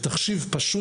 בתחשיב פשוט,